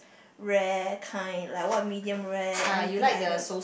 rare kind like what medium rare anything I don't